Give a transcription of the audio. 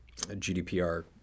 GDPR